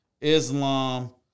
Islam